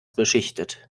beschichtet